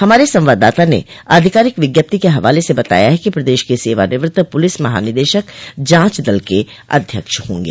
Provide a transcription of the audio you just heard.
हमारे संवाददाता ने आधिकारिक विज्ञप्ति के हवाले से बताया है कि प्रदेश के सेवानिवृत्त पुलिस महानिदेशक जांच दल के अध्यक्ष होंगे